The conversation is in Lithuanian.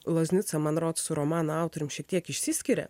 loznica man rods su romano autorium šiek tiek išsiskiria